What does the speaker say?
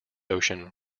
ocean